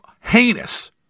heinous